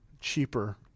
cheaper